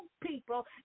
people